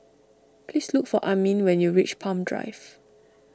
please look for Amin when you reach Palm Drive